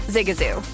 Zigazoo